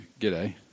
G'day